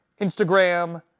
Instagram